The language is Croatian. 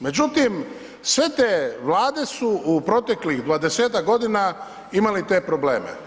Međutim, sve te vlade su u proteklih 20-tak godina imali te probleme.